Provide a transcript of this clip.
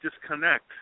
disconnect